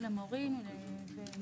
גם למורים כמובן.